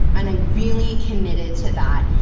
and i really committed to that.